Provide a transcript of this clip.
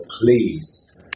please